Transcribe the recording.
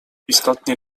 istotnie